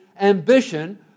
ambition